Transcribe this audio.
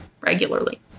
regularly